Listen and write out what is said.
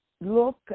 look